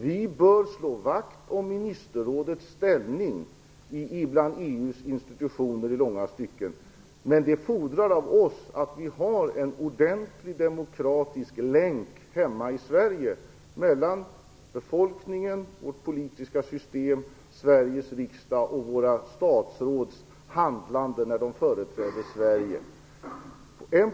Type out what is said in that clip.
Vi bör slå vakt om ministerrådets ställning bland EU:s institutioner, men det fordrar av oss att vi har en ordentlig demokratisk länk hemma i Sverige mellan befolkningen, vårt politiska system, riksdagen och våra statsråds handlande när de företräder Sverige.